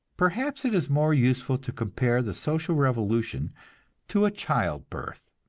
perhaps it is more useful to compare the social revolution to a child-birth.